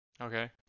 Okay